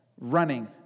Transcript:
running